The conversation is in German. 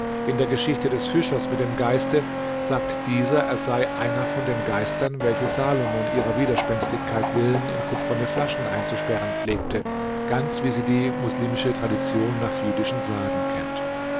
in der geschichte des fischers mit dem geiste sagt dieser er sei einer von den geistern welche salomon ihrer widerspenstigkeit willen in kupferne flaschen einzusperren pflegte ganz wie sie die moslimische tradition nach jüdischen sagen kennt